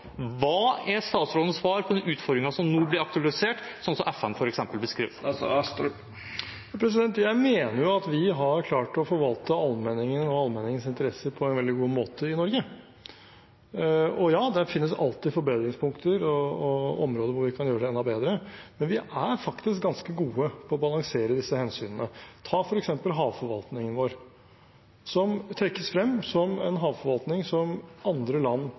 Hva er statsrådens svar på den utfordringen som nå blir aktualisert, sånn som f.eks. FN beskriver? Jeg mener at vi har klart å forvalte allmenningen og allmenningens interesser på en veldig god måte i Norge. Og ja, det finnes alltid forbedringspunkter og områder hvor vi kan gjøre det enda bedre. Men vi er faktisk ganske gode på å balansere disse hensynene. Ta f.eks. havforvaltningen vår, som trekkes frem som en havforvaltning som andre land